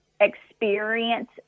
experience